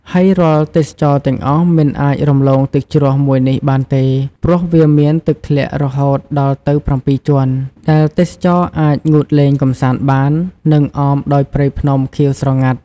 ហើយរាល់ទេសចរទាំងអស់ មិនអាចរំលងទឹកជ្រោះមួយនេះបានទេ ព្រោះវាមានទឹកធ្លាក់រហូតដល់ទៅ៧ជាន់ ដែលទេសចរអាចងូតលេងកម្សាន្តបាន និងអមដោយព្រៃ ភ្នំ ខៀវស្រងាត់។